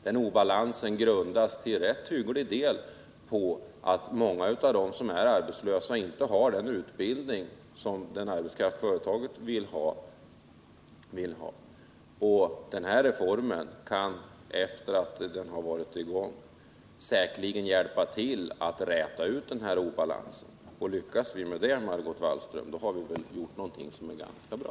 Den obalansen grundas till rätt avsevärd del på att många av dem som är arbetslösa inte har den utbildning som företagen vill att deras arbetskraft skall ha. Den här reformen kan säkerligen, efter att ha prövats, hjälpa till med att förbättra balansen. Lyckas vi med det, Margot Wallström, har vi gjort någonting som är ganska bra.